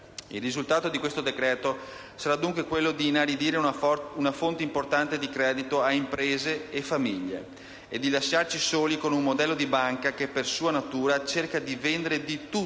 Il risultato di questo decreto-legge sarà, dunque, quello di inaridire una fonte importante di credito ad imprese e famiglie e di lasciarci soli con un modello di banca che, per sua natura, cerca di vendere di tutto allo